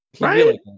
Right